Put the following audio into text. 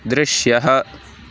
दृश्यः